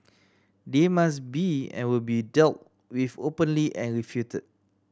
they must be and will be dealt with openly and refuted